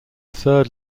third